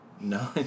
No